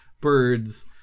birds